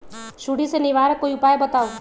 सुडी से निवारक कोई उपाय बताऊँ?